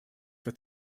for